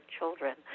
Children